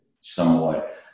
somewhat